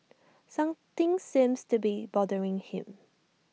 something seems to be bothering him